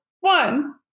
one